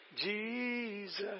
Jesus